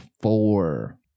four